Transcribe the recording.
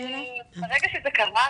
ברגע שזה קרה,